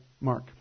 Mark